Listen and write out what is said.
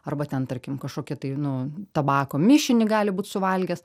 arba ten tarkim kažkokį tai nu tabako mišinį gali būt suvalgęs